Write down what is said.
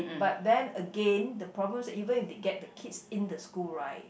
but then again the problem is even if they get the kids in the school right